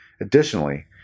Additionally